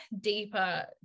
deeper